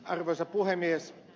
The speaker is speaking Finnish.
arvoisa puhemies